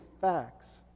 facts